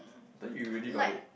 I thought you already got it